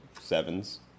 sevens